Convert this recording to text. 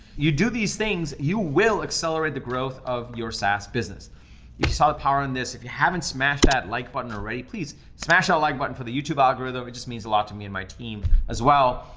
you do these things, you will accelerate the growth of your sas business. if you saw the power in this, if you haven't smashed that like button already, please smash that ah like button for the youtube algorithm. it just means a lot to me and my team. as well,